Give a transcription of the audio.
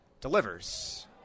delivers